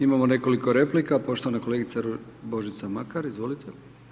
Imamo nekoliko replika, poštovana kolegica Božica Makar, izvolite.